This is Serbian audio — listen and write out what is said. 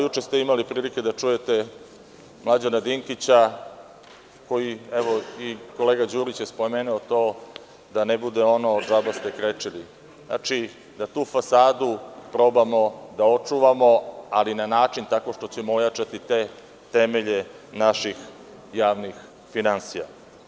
Juče ste imali prilike da čujete Mlađana Dinkića, i kolega Đurić je spomenuo to, da ne bude ono – džaba ste krečili, da tu fasadu probamo da očuvamo, ali na način tako što ćemo ojačati te temelje naših javnih finansija.